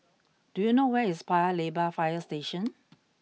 do you know where is Paya Lebar Fire Station